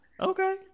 Okay